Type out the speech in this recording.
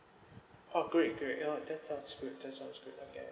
oh great great uh that's sounds good that's sounds good okay